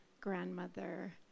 grandmother